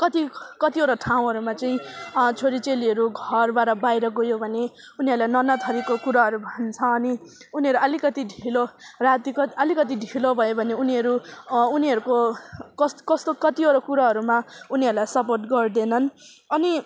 कति कतिवटा ठाउँहरूमा चाहिँ छोरी चेलीहरू घरबाट बाहिर गयो भने उनीहरूलाई नाना थरिका कुराहरू भन्छ अनि उनीहरू अलिकति ढिलो रातिको अलिकति ढिलो भयो भने उनीहरू उनीहरूको कस्तो कस्तो कतिवटा कुराहरूमा उनीहरूलाई सपोर्ट गर्दैनन् अनि